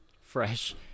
Fresh